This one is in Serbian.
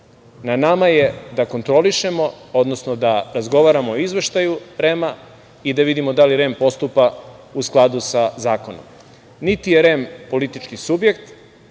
Na nama je da kontrolišemo, odnosno da razgovaramo o izveštaju REM-a i da vidimo da li REM postupa u skladu sa zakonima. Niti je REM politički subjekt,